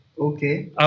okay